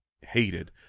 hated